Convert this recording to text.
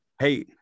hey